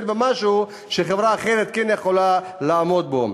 במשהו שחברה אחרת כן יכולה לעמוד בו?